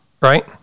right